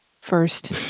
first